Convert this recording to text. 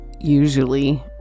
usually